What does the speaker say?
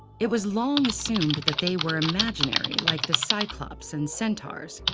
it was long assumed that they were imaginary, like the cyclops and centaurs.